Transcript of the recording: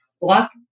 block